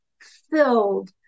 filled